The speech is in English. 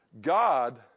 God